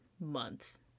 months